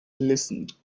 listened